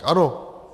Ano.